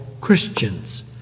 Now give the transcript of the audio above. Christians